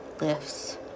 lifts